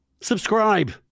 Subscribe